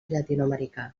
llatinoamericà